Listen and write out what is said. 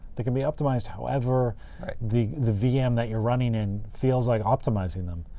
they can be optimized however the the vm that you're running in feels like optimizing them,